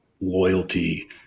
loyalty